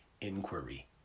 inquiry